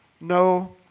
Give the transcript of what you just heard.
No